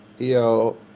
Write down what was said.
eo